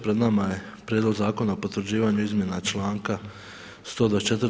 Pred nama je Prijedlog zakona o potvrđivanju izmjena članka 124.